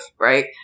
right